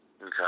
Okay